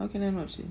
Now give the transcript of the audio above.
how can I not say